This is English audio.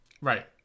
right